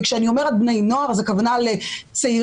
וכשאני אומרת בני נוער הכוונה היא לצעירים